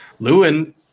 Lewin